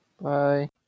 Bye